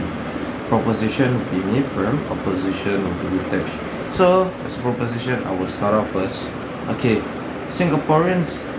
proposition would be me prem opposition will be hitesh so as a proposition I will start off first okay singaporeans